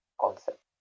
concept